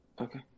Okay